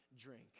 drink